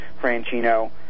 Franchino